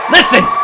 Listen